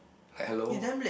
like hello